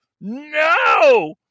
no